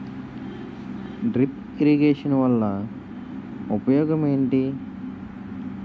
drip irrigation వలన ఉపయోగం ఏంటి